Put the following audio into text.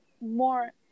more